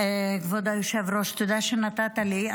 כבוד היושב-ראש, תודה שנתת לי.